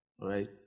Right